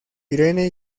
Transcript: irene